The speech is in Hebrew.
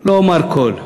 לא אומר "כל",